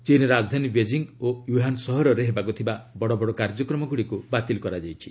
ଚୀନ୍ ରାଜଧାନୀ ବେଜିଂ ଓ ଓହାନ ସହରରେ ହେବାକୁ ଥିବା ବଡ଼ ବଡ଼ କାର୍ଯ୍ୟକ୍ରମଗୁଡ଼ିକୁ ବାତିଲ କରାଯାଇଛି